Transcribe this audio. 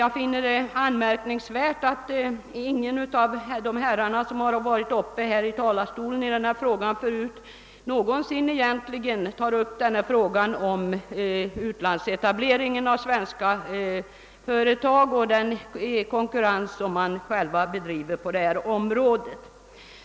Jag finner det anmärkningsvärt att ingen av de herrar som har varit uppe här i talarstolen i denna fråga förut någonsin tagit upp frågan om utlandsetableringen av svenska företag och den konkurrens som man själv bedriver på detta område.